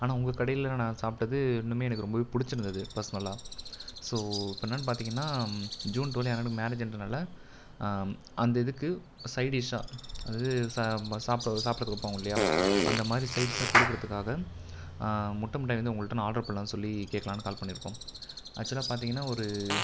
ஆனால் உங்கள் கடையில் நான் சாப்பிட்டது இன்னுமே எனக்கு ரொம்பவே பிடுச்சிருந்தது பெர்ஸ்னலாக ஸோ இப்போ என்னெனனு பார்த்தீங்கனா ஜூன் ட்வெல் என் அண்ணனுக்கு மேரேஜ்ன்றதுனால அந்த இதுக்கு சைடிஷாக அதாவது சப்புட சாப்பிட்றதுக்கு வைப்போம் இல்லையா அந்த மாதிரி சைடிஷாக கொடுக்கறதுக்காக முட்ட முட்டாய் வந்து உங்கள்ட்ட நான் ஆட்ரு பண்ணலான்னு சொல்லி கேட்லானு கால் பண்ணியிருக்கோம் ஆக்ச்வலாக பார்த்தீங்கனா ஒரு